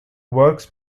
works